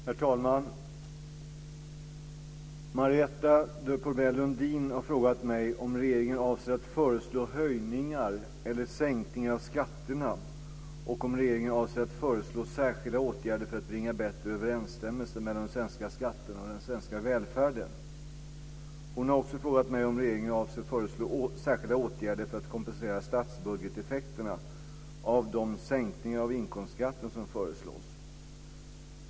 Herr talman! Marietta de Pourbaix-Lundin har frågat mig om regeringen avser att föreslå höjningar eller sänkningar av skatterna och om regeringen avser att föreslå särskilda åtgärder för att bringa bättre överensstämmelse mellan de svenska skatterna och den svenska välfärden. Hon har också frågat mig om regeringen avser föreslå särskilda åtgärder för att kompensera statsbudgeteffekterna av de sänkningar av inkomstskatten som föreslås.